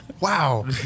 Wow